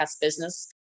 Business